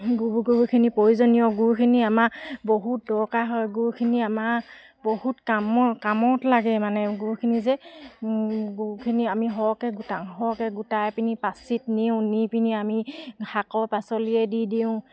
গু গুখিনি প্ৰয়োজনীয় গুখিনি আমাৰ বহুত দৰকাৰ হয় গুখিনি আমাৰ বহুত কামত কামত লাগে মানে গুখিনি যে গুখিনি আমি সৰহকৈ গোটাওঁ সৰহকৈ গোটাইপিনি পাচিত নিওঁ নি পিনি আমি শাকে পাচলিয়ে দি দিওঁ